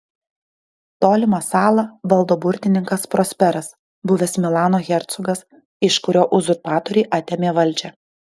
tolimą salą valdo burtininkas prosperas buvęs milano hercogas iš kurio uzurpatoriai atėmė valdžią